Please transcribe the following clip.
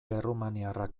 errumaniarrak